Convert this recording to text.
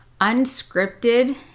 unscripted